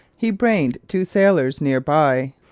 he brained two sailors near by,